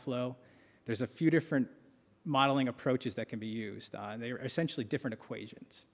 flow there's a few different modeling approaches that can be used and they are essentially different equations